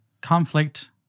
conflict